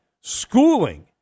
schooling